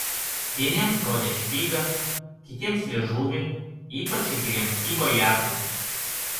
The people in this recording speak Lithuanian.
vieniems rodė špygą kitiems liežuvį ypač įkyriems kibo į atlapus